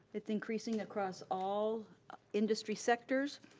it's increasing across all industry sectors,